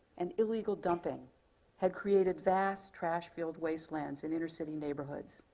and illegal dumping had created vast trash field wastelands in inner city neighborhoods,